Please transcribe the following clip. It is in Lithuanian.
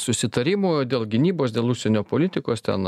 susitarimų dėl gynybos dėl užsienio politikos ten